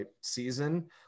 season